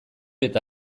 eta